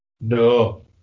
No